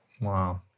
Wow